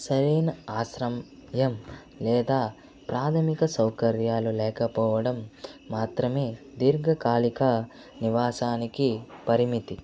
సరైన ఆశ్రయం లేదా ప్రాథమిక సౌకర్యాలు లేకపోవడం మాత్రమే దీర్ఘకాలిక నివాసానికి పరిమితి